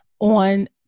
on